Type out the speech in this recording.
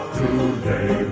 today